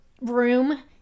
room